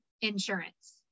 insurance